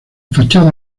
fachada